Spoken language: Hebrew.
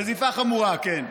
נזיפה חמורה, כן,